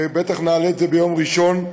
ובטח נעלה את זה ביום ראשון,